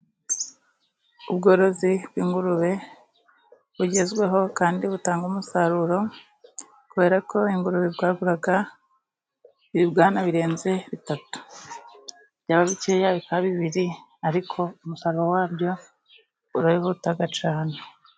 Ubworozi bw'ingurube bugezweho kandi butanga umusaruro, kubera ko ingurube ibwagura ibibwana birenze bitatu byaba bikeya bikaba bibiri, ariko umusaruro wabyo urihuta cyane.